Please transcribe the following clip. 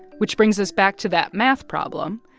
which brings us back to that math problem.